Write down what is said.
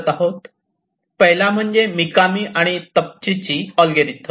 पहिला म्हणजे मिकामी आणि तबचीची अल्गोरिदम